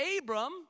Abram